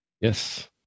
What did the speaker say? Yes